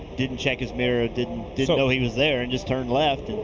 didn't check his mirrors, didn't didn't know he was there and just turned left.